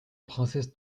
princesse